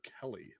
Kelly